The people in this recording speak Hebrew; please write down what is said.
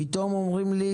פתאום אומרים לי,